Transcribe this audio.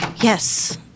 Yes